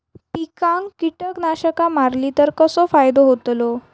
पिकांक कीटकनाशका मारली तर कसो फायदो होतलो?